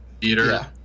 theater